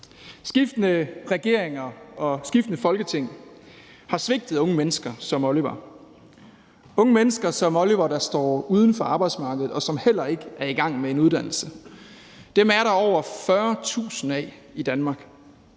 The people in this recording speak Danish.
Skiftende regeringer og skiftende Folketing har svigtet unge mennesker som Oliver – unge mennesker som Oliver, der står uden for arbejdsmarkedet, og som heller ikke er i gang med en uddannelse. Dem er der over 40.000 af i Danmark.